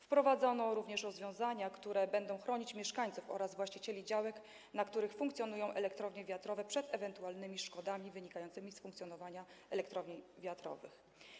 Wprowadzono również rozwiązania, które będą chronić mieszkańców oraz właścicieli działek, na których funkcjonują elektrownie wiatrowe, przed ewentualnymi szkodami wynikającymi z funkcjonowania elektrowni wiatrowych.